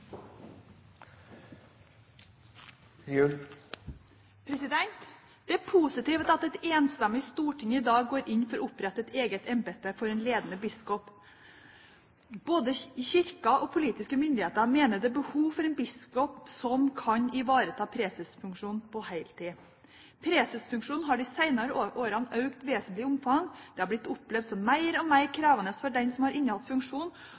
positivt at et enstemmig storting i dag går inn for å opprette et eget embete for en ledende biskop. Både Kirken og politiske myndigheter mener det er behov for en biskop som kan ivareta presesfunksjonen på heltid. Presesfunksjonen har i de senere årene økt vesentlig i omfang. Det har blitt opplevd som mer og mer krevende for dem som har hatt funksjonen,